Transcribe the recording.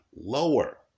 lower